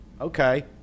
Okay